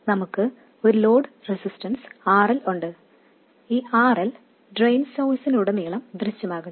അതിനുശേഷം നമുക്ക് ഒരു ലോഡ് റെസിസ്റ്റൻസ് RL ഉണ്ട് ഈ RL ഡ്രെയിൻ സോഴ്സിനുടനീളം ദൃശ്യമാകണം